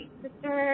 sister